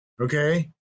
okay